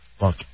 look